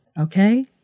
okay